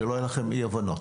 שלא יהיה לכם אי הבנות.